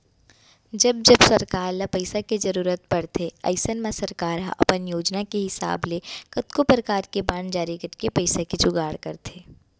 जब जब सरकार ल पइसा के जरूरत परथे अइसन म सरकार ह अपन योजना के हिसाब ले कतको परकार के बांड जारी करके पइसा के जुगाड़ करथे